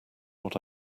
what